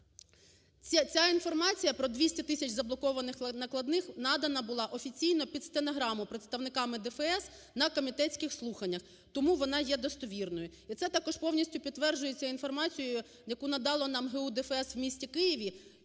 Ця інформація про 200 тисяч заблокованих накладних надана була офіційно під стенограму представниками ДФС на комітетських слуханнях, тому вона є достовірною. І це також повністю підтверджується інформацією, яку надало нам ГУ ДФС у місті Києві,